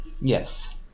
Yes